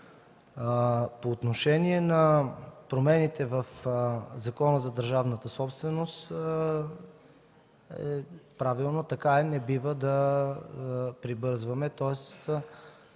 По отношение на промените в Закона за държавната собственост – правилно, така е, не бива да прибързваме,